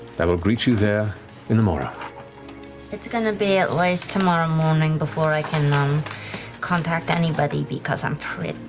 i will greet you there in the morrow. laura it's going to be at least tomorrow morning before i can um contact anybody, because i'm pretty